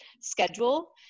schedule